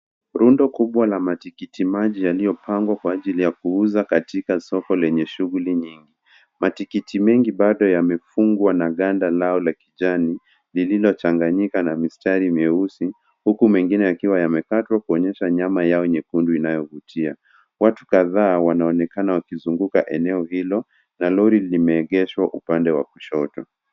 Rundo kubwa la matikiti maji yaliyopangwa kwa ajili ya kuuza katika soko lenye shughuli nyingi. Matikiti mengi bado yamefungwa na ganda lao la kijani lililochanganyika na mistari meusi huku mengine yakiwa yamekatwa kuonyesha nyama yao nyekundu inayovutia. Watu kadhaa wanaonekana wakizunguka eneo hilo na lori limeegeshwa upande wa kushoto.